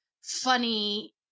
funny